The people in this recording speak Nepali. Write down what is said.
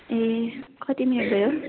ए कति मिनट भयो